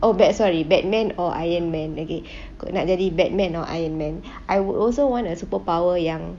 oh bat sorry batman or iron man okay kau nak jadi batman or iron man I would also want a superpower yang